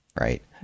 right